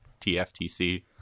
TFTC